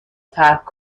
ترک